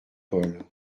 pol